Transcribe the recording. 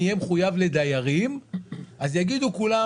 אני אהיה מחויב לדיירים אז יגידו כולם,